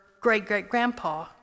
great-great-grandpa